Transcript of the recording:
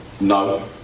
No